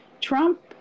Trump